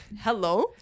hello